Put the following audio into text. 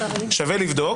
שווה לבדוק.